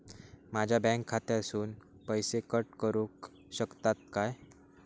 माझ्या बँक खात्यासून पैसे कट करुक शकतात काय?